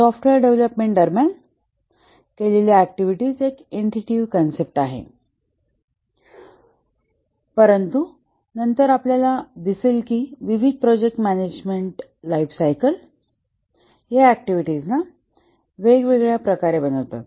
software development दरम्यान केलेल्या activities एक इंटुटीव्ह कन्सेप्ट आहे परंतु नंतर आपल्याला दिसेल की विविध प्रोजेक्ट मॅनेजमेंट लाइफ सायकल या ऍक्टिव्हिटीजना वेगवेगळ्या प्रकारे बनवतात